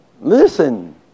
Listen